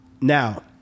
Now